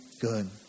good